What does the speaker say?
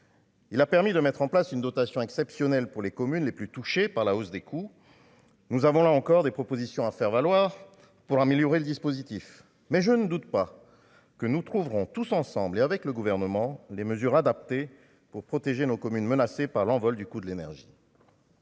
Il a permis de mettre en place une dotation exceptionnelle pour les communes les plus touchées par la hausse des coûts, nous avons là encore des propositions à faire valoir pour améliorer le dispositif, mais je ne doute pas que nous trouverons tous ensemble et avec le gouvernement, les mesures adaptées pour protéger nos communes menacées par l'envol du coût de l'énergie.